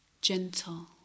gentle